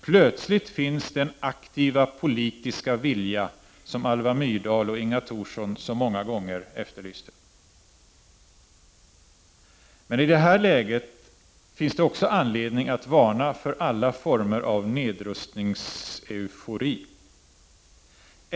Plötsligt finns den aktiva politiska vilja som Alva Myrdal och Inga Thorsson så många gånger efterlyste. Men i det här läget finns det också anledning att varna för alla former av nedrustningseufori.